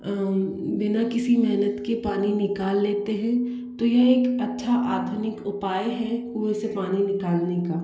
बिना किसी मेहनत के पानी निकाल लेते है तो यह एक अच्छा आधुनिक उपाय है कुएँ से पानी निकालने का